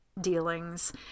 dealings